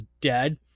dead